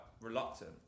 reluctant